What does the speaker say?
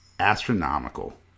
astronomical